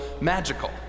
magical